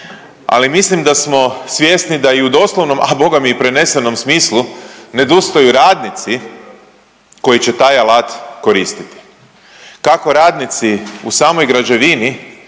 ali mislim da smo svjesni da i u doslovnom, a Boga mi i prenesenom smislu nedostaju radnici koji će taj alat koristiti, kako radnici u samoj građevini,